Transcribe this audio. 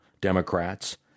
Democrats